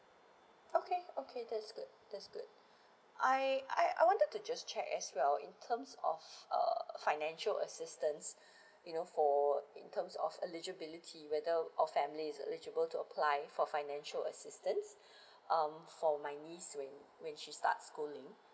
okay okay that's good that's good I I I wanted to just check as well in terms of uh financial assistance you know for in terms of eligibility whether our family is eligible to apply for financial assistance um for my niece when when she start schooling